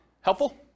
Helpful